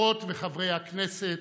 הוא כבר מקבל, לבושתנו,